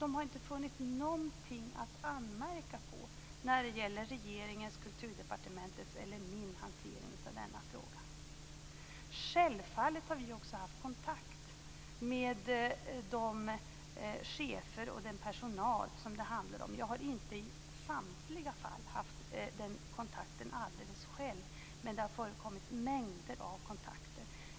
Man har inte funnit någonting att anmärka på när det gäller regeringens, Kulturdepartementets eller min hantering av denna fråga. Självfallet har vi också haft kontakt med de chefer och den personal som det handlar om. Jag har inte i samtliga fall haft den kontakten alldeles själv, men det har förekommit mängder av kontakter.